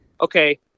okay